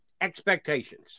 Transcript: Expectations